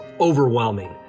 overwhelming